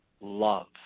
love